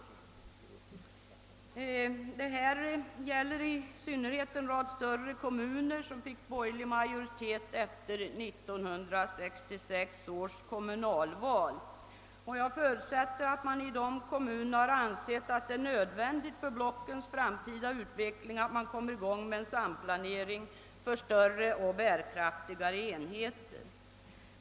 Detta gäller i synnerhet en rad större kommuner som fick borgerlig majoritet efter 1966 års kommunalval. Jag förutsätter att man i dessa kommuner har ansett det nödvändigt för blockens . framtida utveckling att få i gång en samplanering för större och bärkraftigare enheter.